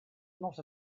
not